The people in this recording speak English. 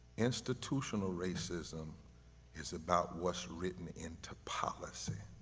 institutional racism is about what's written into policy.